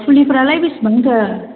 फुलिफ्रालाय बेसेबांथो